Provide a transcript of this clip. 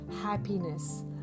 happiness